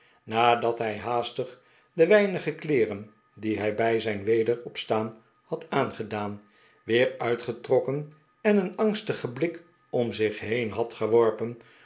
nadat hij haastig de weinige kleeren die hij bij zijn weder opstaan had aangedaan weer uitgetrokken en een angstigen blik om zich heen had geworpen